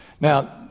Now